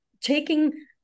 taking